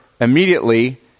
immediately